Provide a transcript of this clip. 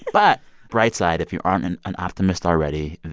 but bright side if you aren't an an optimist already,